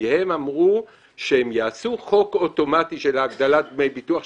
כי הם אמרו שהם יעשו חוק אוטומטי של הגדלת דמי הביטוח,